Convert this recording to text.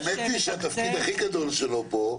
האמת היא שהתפקיד הכי גדול שלו פה,